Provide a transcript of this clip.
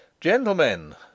Gentlemen